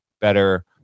better